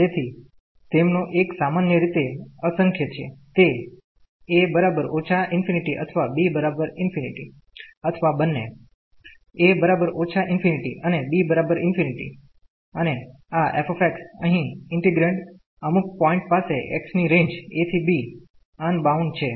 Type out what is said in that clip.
તેથી તેમનો એક સામાન્ય રીતે અસંખ્ય છે તે a−∞ અથવા b∞ અથવા બન્ને a−∞ અને b∞ અને આ f અહી ઈન્ટિગ્રેન્ડ અમુક પોઈન્ટ પાસે x ની રેન્જ a ¿ b અનબાઉન્ડ છે